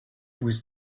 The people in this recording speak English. was